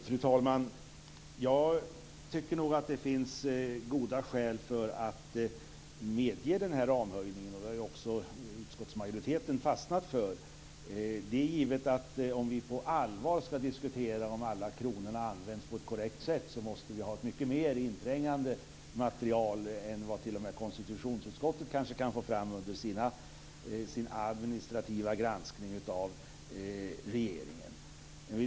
Fru talman! Jag tycker nog att det finns goda skäl för att medge denna ramhöjning, som utskottsmajoriteten också har fastnat för. Det är givet att om vi på allvar skall diskutera om alla kronor används på ett korrekt sätt, måste vi ha ett mycket mer inträngande material än vad t.o.m. konstitutionsutskottet kan få fram under sin administrativa granskning av regeringen.